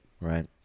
Right